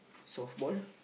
softball